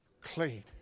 clean